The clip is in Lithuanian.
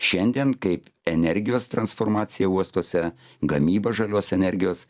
šiandien kaip energijos transformacija uostuose gamyba žalios energijos